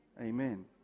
Amen